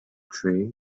tray